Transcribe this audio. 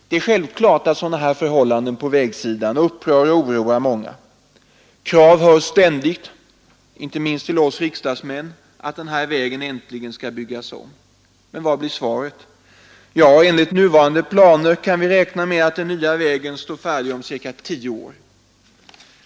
Det är självklart att sådana förhållanden på vägsidan upprör och oroar många. Krav framförs ständigt, inte minst till oss riksdagsmän, på att denna väg äntligen skall byggas om. Men vad blir svaret? Jo, enligt nuvarande planer kan vi räkna med att den nya vägen står färdig om ca 10 år!